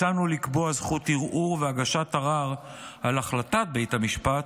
הצענו לקבוע זכות ערעור והגשת ערר על החלטת בית המשפט,